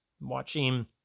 watching